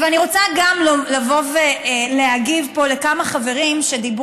אבל אני רוצה להגיב פה גם לכמה חברים שדיברו,